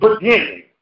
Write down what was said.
beginning